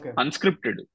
unscripted